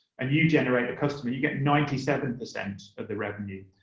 and you generate the customer, you get ninety seven percent of the revenue.